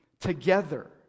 together